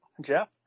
Jeff